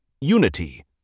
Unity